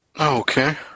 okay